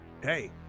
Hey